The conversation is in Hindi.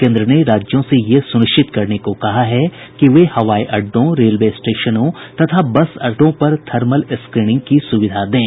केन्द्र ने राज्यों से ये सुनिश्चित करने को कहा गया है कि वे हवाई अड्डों रेलवे स्टेशनों तथा बस अड्डों पर थर्मल स्क्रीनिंग की सुविधा दें